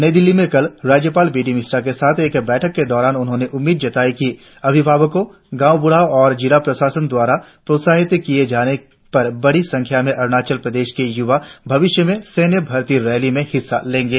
नई दिल्ली में कल राज्यपाल बी डी मिश्रा के साथ बैठक के दौरान उन्होंने उम्मीद जताई की अभिभावको गाव बुढ़ाओ और जिला प्रशासन द्वारा प्रोत्साहित किये जाने पर बड़ी संख्या में अरुणाचल प्रदेश के युवा भविष्य में सैन्य भर्ती रैली में हिस्सा लेंगे